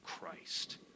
Christ